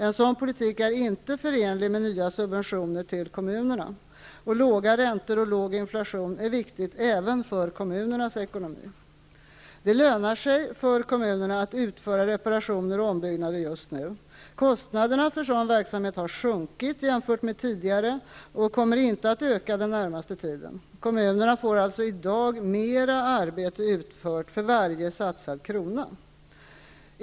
En sådan politik är inte förenlig med nya subventioner till kommunerna. Och låga räntor och låg inflation är viktiga även för kommunernas ekonomi. Det lönar sig för kommunerna att utföra reparationer och ombyggnader just nu. Kostnaderna för sådan verksamhet har sjunkit jämfört med tidigare och kommer inte att öka under den närmaste tiden. Kommunerna får i dag alltså mer arbete utfört för varje satsad krona.